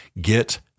get